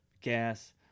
gas